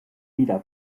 lieder